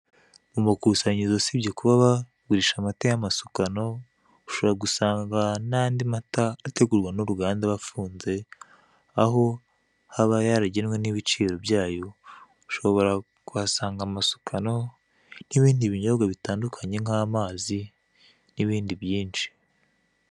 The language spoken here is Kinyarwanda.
Ku makusanyirizo, usibye kuba bagurisha amata y'amasukano, ushobora gusanga n'andi mata ategurwa n'uruganda aba afunze, aho aba yaragenwe n'ibiciro byayo. Ushobora kuhasanga amasukani, n'ibindi binyobwa bitandukanye nk'amazi, n'ibindi byinshi.